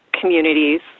communities